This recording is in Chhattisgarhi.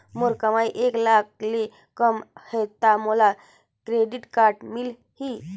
मोर कमाई एक लाख ले कम है ता मोला क्रेडिट कारड मिल ही?